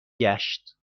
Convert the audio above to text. گشت